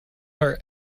her